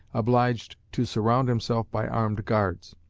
obliged to surround himself by armed guards.